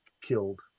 killed